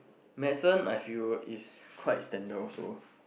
medicine I feel is quite standard also